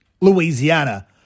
Louisiana